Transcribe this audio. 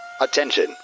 attention